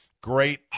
Great